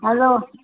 hello